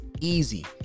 easy